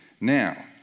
Now